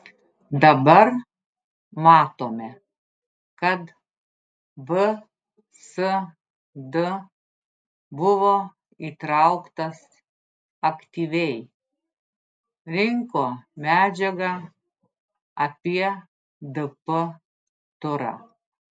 dabar matome kad vsd buvo įtrauktas aktyviai rinko medžiagą apie dp turą